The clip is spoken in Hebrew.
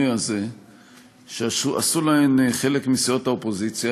הזה שעשו להן חלק מסיעות האופוזיציה,